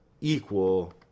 equal